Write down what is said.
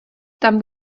tam